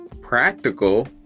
practical